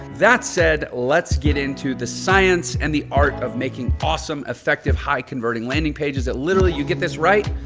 that said, let's get into the science and the art of making awesome, effective, high converting landing pages that literally you get this right,